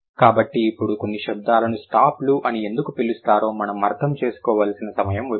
కాబట్టి ఇప్పుడు కొన్ని శబ్దాలను స్టాప్లు అని ఎందుకు పిలుస్తారో మనం అర్థం చేసుకోవలసిన సమయం వచ్చింది